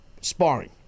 sparring